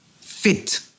fit